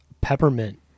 peppermint